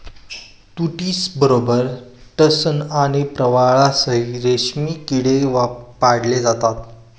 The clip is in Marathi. तुतीबरोबरच टसर आणि प्रवाळावरही रेशमी किडे पाळले जातात